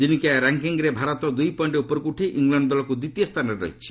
ଦିନିକିଆ ର୍ୟାଙ୍କିଙ୍ଗ୍ରେ ଭାରତ ଦୁଇ ପଏଣ୍ଟ ଉପରକୁ ଉଠି ଇଂଲଣ୍ଡ ଦଳକୁ ଦ୍ୱିତୀୟ ସ୍ଥାନରେ ଅଛି